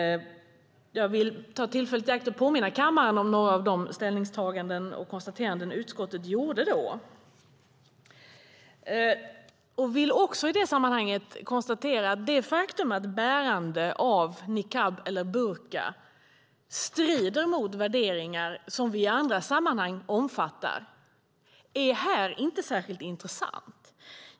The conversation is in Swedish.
Jag vill ta tillfället i akt och påminna kammaren om några av de ställningstaganden och konstateranden som utskottet då gjorde. I sammanhanget konstaterar jag också att det faktum att bärande av niqab eller burka strider mot värderingar som vi i andra sammanhang omfattar här inte är särskilt intressant.